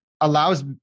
allows